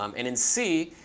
um and in c,